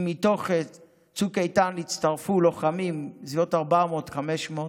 אם מתוך צוק איתן הצטרפו בסביבות 400, 500 לוחמים?